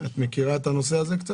את מכירה קצת את הנושא הזה?